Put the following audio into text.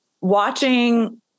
watching